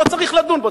לא צריך לדון בו,